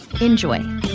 Enjoy